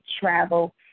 travel